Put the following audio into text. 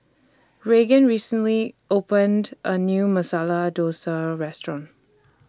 Regan recently opened A New Masala Dosa Restaurant